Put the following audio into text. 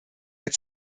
der